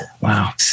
wow